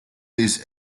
this